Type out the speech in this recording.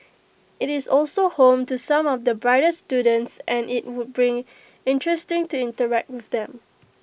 IT is also home to some of the brightest students and IT would be interesting to interact with them